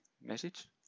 message